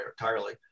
entirely